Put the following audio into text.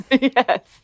Yes